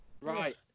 Right